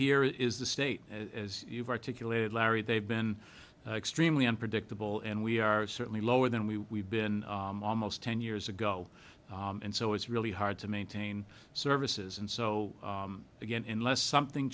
here is the state as you've articulated larry they've been extremely unpredictable and we are certainly lower than we been almost ten years ago and so it's really hard to maintain services and so again unless something